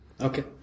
Okay